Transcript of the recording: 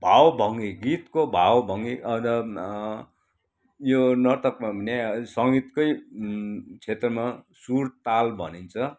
भाव भङ्गी गीतको भाव भङ्गी यो नर्तकमा हुने सङ्गीतकै क्षेत्रमा सुर ताल भनिन्छ